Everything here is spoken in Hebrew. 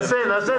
נעשה